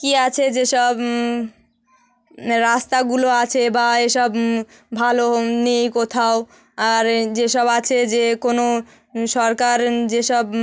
কি আছে যেসব রাস্তাগুলো আছে বা এসব ভালো নেই কোথাও আর এই যেসব আছে যে কোনো সরকার যেসব